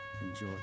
Enjoy